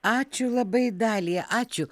ačiū labai dalija ačiū